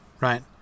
right